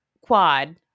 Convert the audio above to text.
Quad